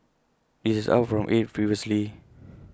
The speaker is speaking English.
this is up from eight previously